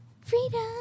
Freedom